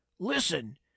listen